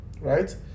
right